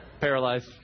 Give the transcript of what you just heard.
paralyzed